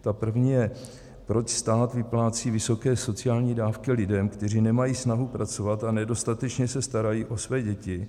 Ta první je proč stát vyplácí vysoké sociální dávky lidem, kteří nemají snahu pracovat a nedostatečně se starají o své děti.